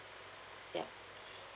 ya